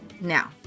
Now